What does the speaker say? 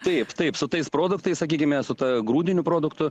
taip taip su tais produktais sakykime su ta grūdinių produktų